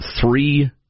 three